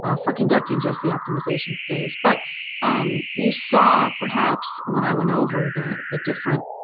um for conducting just the optimization phase. but you saw, perhaps, when i went over the the different